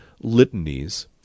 litanies